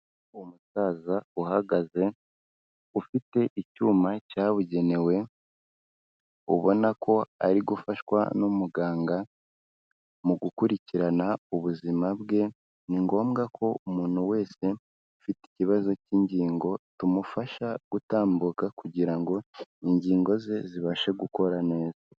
Umusaza uhagaze ufite icyuma cyabugenewe ubona ko ari gufashwa n'umuganga mu gukurikirana ubuzima bwe, ni ngombwa ko umuntu wese ufite ikibazo cy'ingingo tumufasha gutambuka kugira ngo ingingo ze zibashe gukora neza.